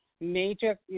major